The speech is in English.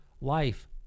Life